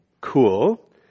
cool